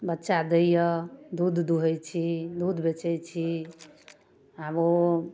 बच्चा दै यऽ दूध दुहै छी दूध बेचय छी आब ओ